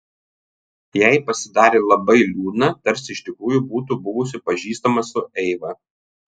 jai pasidarė labai liūdna tarsi iš tikrųjų būtų buvusi pažįstama su eiva